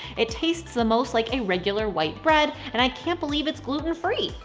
it tastes the most like a regular white bread, and i can't believe it's gluten-free.